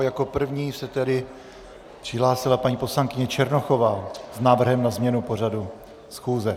Jako první se tedy přihlásila paní poslankyně Černochová s návrhem na změnu pořadu schůze.